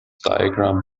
diagram